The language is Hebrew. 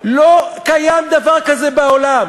כשמדובר בעבירות